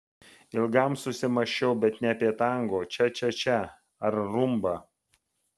ilgam susimąsčiau bet ne apie tango čia čia čia ar rumbą